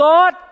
God